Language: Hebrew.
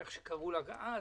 איך שקראו לה אז,